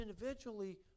individually